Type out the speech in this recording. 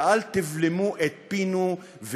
ואל תבלמו את פינו,